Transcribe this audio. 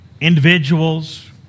individuals